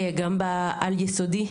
גם בעל יסודי.